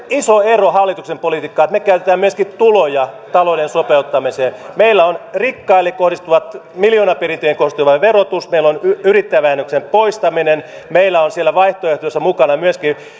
iso ero hallituksen politikkaan että me käytämme myöskin tuloja talouden sopeuttamiseen meillä on rikkaille kohdistuva miljoonaperintöihin kohdistuva verotus meillä on yrittäjävähennyksen poistaminen meillä on siellä vaihtoehdoissa mukana myöskin